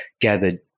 gathered